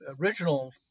original